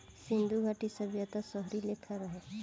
सिन्धु घाटी सभ्यता शहरी लेखा रहे